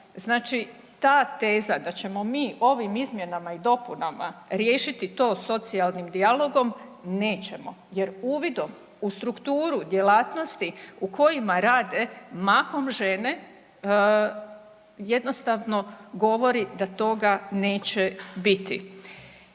Znači ta teza da ćemo mi ovim izmjenama i dopunama riješiti to socijalnim dijalogom, nećemo jer uvidom u strukturu djelatnosti u kojima rade mahom žene jednostavno govori da toga neće biti.